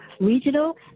regional